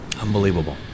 Unbelievable